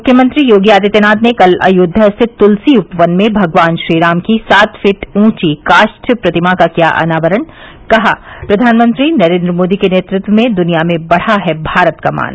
मुख्यमंत्री योगी आदित्यनाथ ने कल अयोध्या स्थित तुलसी उपवन में भगवान श्रीराम की सात फीट ऊँची काष्ठ प्रतिमा का किया अनावरण कहा प्रधानमंत्री नरेन्द्र मोदी के नेतृत्व में दुनिया में बढ़ा है भारत का मान